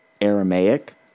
Aramaic